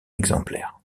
exemplaire